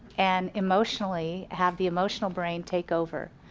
and emotionally have the emotional brain take over.